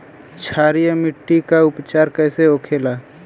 क्षारीय मिट्टी का उपचार कैसे होखे ला?